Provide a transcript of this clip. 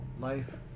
life